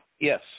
Yes